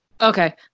Okay